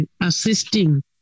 assisting